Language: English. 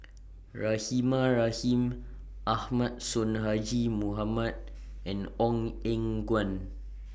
Rahimah Rahim Ahmad Sonhadji Mohamad and Ong Eng Guan